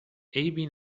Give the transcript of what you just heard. عیبی